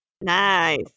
Nice